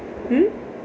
hmm